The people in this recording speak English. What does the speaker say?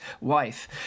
wife